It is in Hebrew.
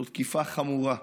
זו תקיפה חמורה,